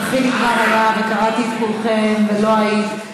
קראתי את כולכם ולא היית.